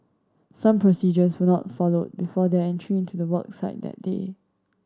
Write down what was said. some procedures were not followed before their entry into the work site that day